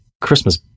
Christmas